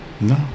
No